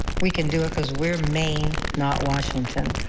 we can do it, because we are maine, not washington.